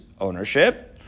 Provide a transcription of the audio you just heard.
ownership